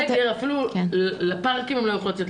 אפילו לפארקים הם לא יכלו לצאת,